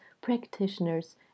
practitioners